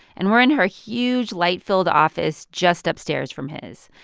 and we're in her huge, light-filled office just upstairs from his.